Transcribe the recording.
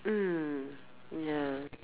mm ya